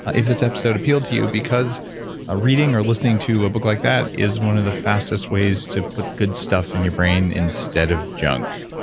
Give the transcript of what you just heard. if this episode appealed to you because a reading or listening to a book like that is one of the fastest ways to put good stuff in your brain instead of junk.